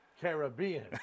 Caribbean